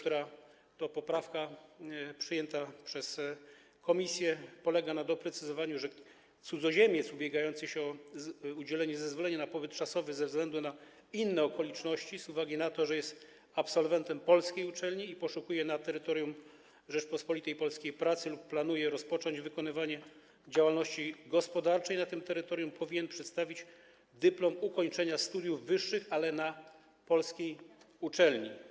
Ta przyjęta przez komisję poprawka polega na doprecyzowaniu, że cudzoziemiec ubiegający się o udzielenie zezwolenia na pobyt czasowy ze względu na inne okoliczności z uwagi na to, że jest absolwentem polskiej uczelni i poszukuje na terytorium Rzeczypospolitej Polskiej pracy lub planuje rozpocząć wykonywanie działalności gospodarczej na tym terytorium, powinien przedstawić dyplom ukończenia studiów wyższych, ale na polskiej uczelni.